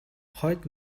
хойд